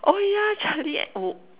oh yeah Charlie and oh